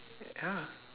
ya